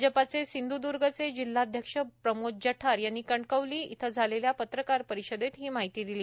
भाजपाचे सिंधुद्र्गचे जिल्हाध्यक्ष प्रमोद जठार यांनी कणकवली इथं झालेल्या पत्रकार परिषदेत ही माहिती दिली